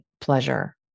pleasure